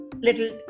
little